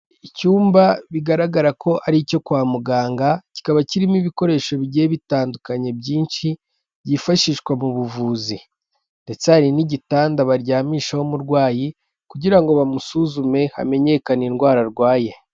Icyumba bigaragara ko ari icyo kwa muganga, kikaba kirimo ibikoresho bigiye bitandukanye byinshi byifashishwa mu buvuzi, ndetse hari n'igitanda baryamishaho umurwayi kugira ngo bamusuzume hamenyekane indwara arwaye.